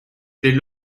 dès